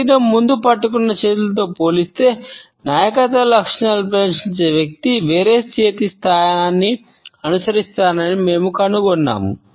శరీరం ముందు పట్టుకున్న చేతులతో పోల్చితే నాయకత్వ లక్షణాలను ప్రదర్శించే వ్యక్తి వేరే చేతి స్థానాన్ని అనుసరిస్తారని మేము కనుగొన్నాము